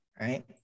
right